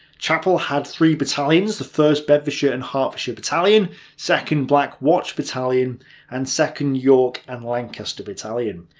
chappel had three battalions the first bedfordshire and hertfordshire battalion second black watch battalion and second york and lancaster battalion.